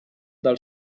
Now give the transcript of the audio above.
del